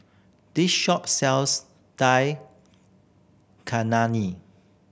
this shop sells Dal